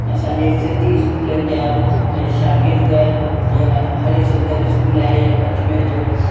असां जे सिंधी स्कूलनि जा शागिर्द जीअं हरीशचंदर स्कूल आहे अजमेर जो